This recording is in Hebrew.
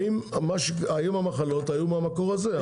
האם המחלות היו מהמקור הזה,